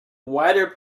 wider